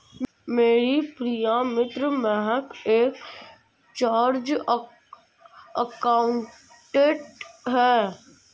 मेरी प्रिय मित्र महक एक चार्टर्ड अकाउंटेंट है